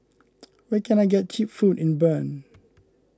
where can I get Cheap Food in Bern